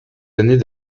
années